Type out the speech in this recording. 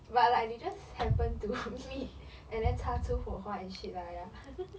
but like they just happen to meet and then 擦出火花 and shit lah